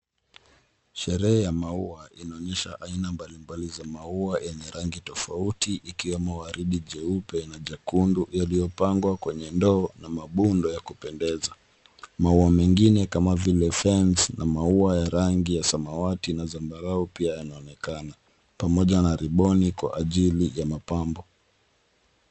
Sherehe ya maua inaonyesha aina mbalimbali za maua yenye rangi tofauti ikiwemo waridi, jeupe na jekundu iliyopangwa kwenye ndoo na mabundo ya kupendeza. Maua mengine kama vile fence na maua ya rangi ya samawati na zambarau pia inaonekana pamoja na riboni kwa ajili ya mapambo.